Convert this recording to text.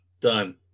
Done